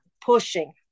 Pushing